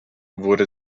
wurde